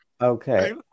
Okay